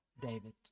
David